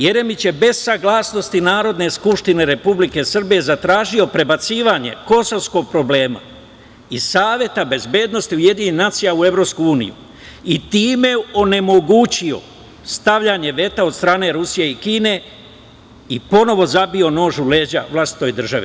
Jeremić je bez saglasnosti Narodne skupštine Republike Srbije zatražio prebacivanje kosovskog problema iz Saveta bezbednosti UN u Evropsku uniju i time onemogućio stavljanje veta od strane Rusije i Kine i ponovo zabio nož u leđa vlastitoj državi.